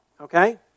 okay